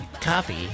Coffee